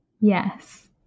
yes